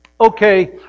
okay